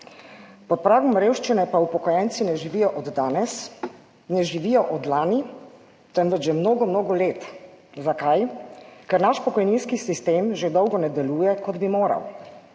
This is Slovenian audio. Pod pragom revščine pa upokojenci ne živijo od danes, ne živijo od lani, temveč že mnogo, mnogo let. Zakaj? Ker naš pokojninski sistem že dolgo ne deluje, kot bi moral,